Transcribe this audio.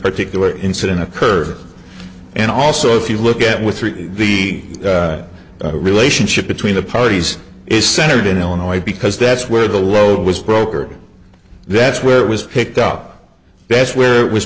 particular incident occurred and also if you look at with the relationship between the parties is centered in illinois because that's where the road was brokered that's where it was picked up that's where it was